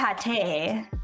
pate